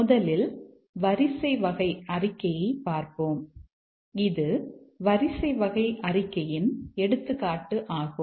முதலில் வரிசை வகை அறிக்கையைப் பார்ப்போம் இது வரிசை வகை அறிக்கையின் எடுத்துக்காட்டு ஆகும்